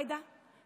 עאידה,